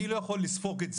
אני לא יכול לספוג את זה,